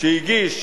שהגיש